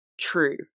true